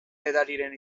edariren